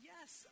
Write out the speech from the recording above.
Yes